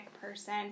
person